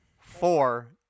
Four